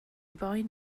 boen